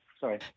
Sorry